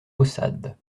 maussade